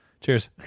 Cheers